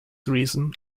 reason